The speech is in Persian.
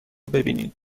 ببینید